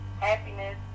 happiness